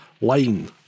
line